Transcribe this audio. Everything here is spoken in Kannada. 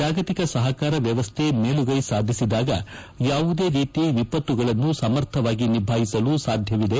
ಜಾಗತಿಕ ಸಹಾರ ವ್ಯವಸ್ಥೆ ಮೇಲುಗೈ ಸಾಧಿಸಿದಾಗ ಯಾವುದೇ ರೀತಿ ವಿಪತ್ತುಗಳನ್ನು ಸಮರ್ಥವಾಗಿ ನಿಭಾಯಿಸಲು ಸಾಧ್ಯವಿದೆ